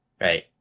right